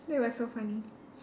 that was so funny